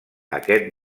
aquest